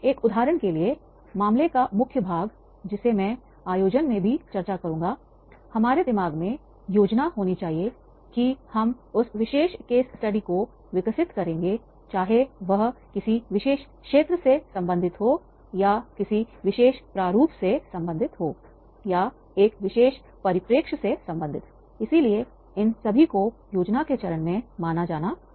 एक उदाहरण के लिए उस मामले का मुख्य भाग जिसे मैं आयोजन में भी चर्चा करूंगा हमारे दिमाग में योजना होनी चाहिए कि हम उस विशेष केस स्टडी को विकसित करेंगे चाहे यह किसी विशेष क्षेत्र से संबंधित हो यह किसी विशेष प्रारूप से संबंधित हो यह एक विशेष परिप्रेक्ष्य से संबंधित इसलिए इन सभी को योजना के चरण में माना जाना चाहिए